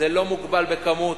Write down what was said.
זה לא מוגבל בכמות,